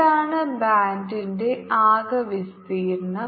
ഇതാണ് ബാൻഡിന്റെ ആകെ വിസ്തീർണ്ണം